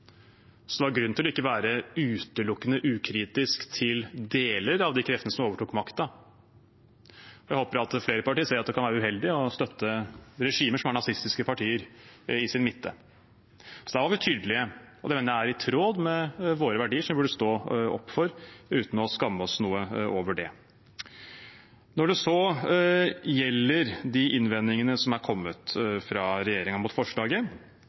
så det er grunn til ikke å være utelukkende ukritisk til deler av de kretsene som overtok makten. Jeg håper flere partier ser at det kan være uheldig å støtte regimer som har nazistiske partier i sin midte. Da var vi tydelige, og det mener jeg er i tråd med våre verdier, som vi bør stå opp for uten å skamme oss noe over det. Når det så gjelder de innvendingene som er kommet fra regjeringen mot forslaget,